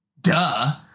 Duh